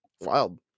wild